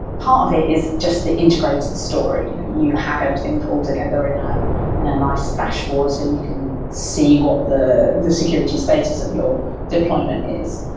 part of it is just the integrated story. you know you have everything told together in ah in a nice dashboard so you can see what the the security status of your deployment is.